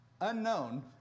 unknown